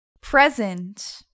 present